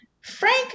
Frank